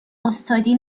استادی